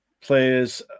players